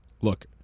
Look